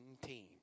team